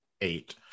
eight